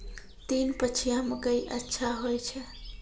तीन पछिया मकई अच्छा होय छै?